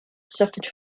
suffered